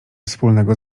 wspólnego